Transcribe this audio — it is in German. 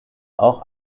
auch